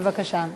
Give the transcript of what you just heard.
בבקשה.